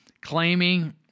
claiming